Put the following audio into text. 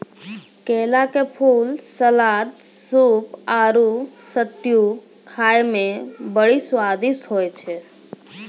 केला के फूल, सलाद, सूप आरु स्ट्यू खाए मे बड़ी स्वादिष्ट होय छै